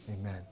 amen